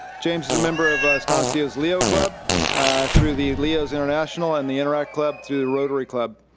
james is a member of estancia's leo club through the leos international, and the interact club through the rotary club,